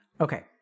Okay